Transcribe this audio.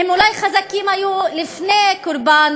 הם אולי היו חזקים לפני אובדן הקורבן,